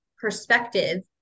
perspective